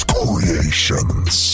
creations